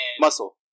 Muscle